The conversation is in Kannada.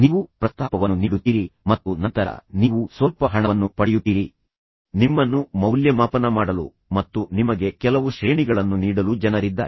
ನೀವು ಪ್ರಸ್ತಾಪವನ್ನು ನೀಡುತ್ತೀರಿ ಮತ್ತು ನಂತರ ನೀವು ಸ್ವಲ್ಪ ಹಣವನ್ನು ಪಡೆಯುತ್ತೀರಿ ನಿಮ್ಮನ್ನು ಮೌಲ್ಯಮಾಪನ ಮಾಡಲು ಮತ್ತು ನಿಮಗೆ ಕೆಲವು ಶ್ರೇಣಿಗಳನ್ನು ನೀಡಲು ಜನರಿದ್ದಾರೆ